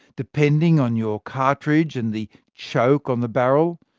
depending on your cartridge, and the choke on the barrel,